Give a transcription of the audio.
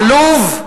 עלוב,